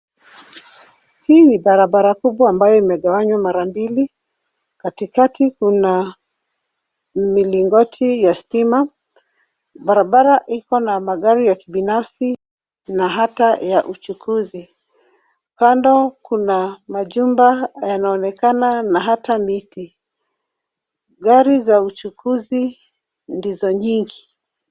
Hii ni barabara kubwa ambayo imegawanywa mara mbili. Katikati kuna milingoti ya stima. barabara iko na magari ya kibinafsi na hata ya uchukuzi. Kando kuna majumba yanaonekana na hata miti. gari za uchukuzi ndizo nyingi.